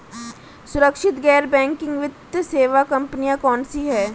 सुरक्षित गैर बैंकिंग वित्त सेवा कंपनियां कौनसी हैं?